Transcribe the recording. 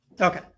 Okay